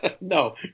No